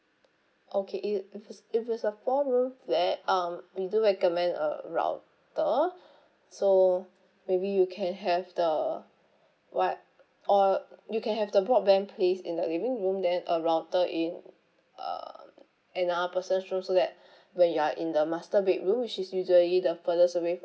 okay if if it's if it's a four room flat um we do recommend a router so maybe you can have the what or you can have the broadband placed in the living room then a router in uh another person's room so that when you are in the master bedroom which is usually the furthest away